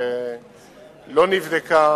לא נבדקה